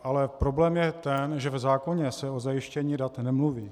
Ale problém je ten, že v zákoně se o zajištění dat nemluví.